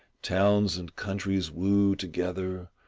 towns and countries woo together,